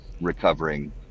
recovering